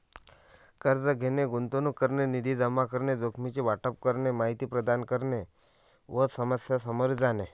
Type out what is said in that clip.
कर्ज घेणे, गुंतवणूक करणे, निधी जमा करणे, जोखमीचे वाटप करणे, माहिती प्रदान करणे व समस्या सामोरे जाणे